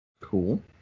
Cool